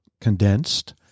condensed